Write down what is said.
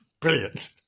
Brilliant